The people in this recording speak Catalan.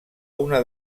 una